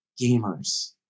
Gamers